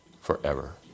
forever